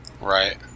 Right